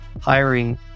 hiring